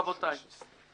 רבותיי,